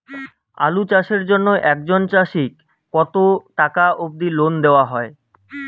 আলু চাষের জন্য একজন চাষীক কতো টাকা অব্দি লোন দেওয়া হয়?